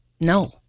no